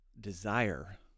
desire